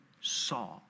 saw